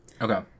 Okay